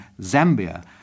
Zambia